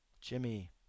Jimmy